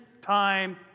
time